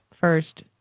first